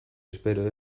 espero